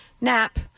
nap